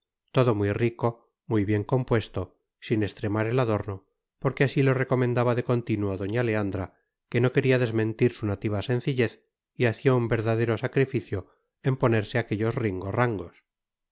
todo muy rico muy bien compuesto sin extremar el adorno porque así lo recomendaba de continuo doña leandra que no quería desmentir su nativa sencillez y hacía un verdadero sacrificio en ponerse aquellos